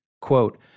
quote